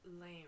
lame